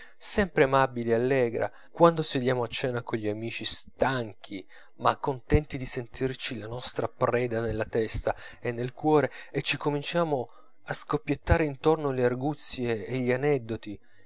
sempre amabile e allegra quando sediamo a cena cogli amici stanchi ma contenti di sentirci la nostra preda nella testa e nel cuore e ci cominciano a scoppiettare intorno le arguzie e gli aneddoti